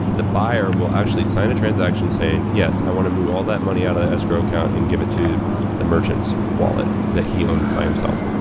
the buyer will actually sign a transaction saying, saying, yes, i want to move all that money out of the escrow account and give it to the merchant's wallet that he owns by himself.